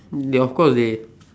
ya of course they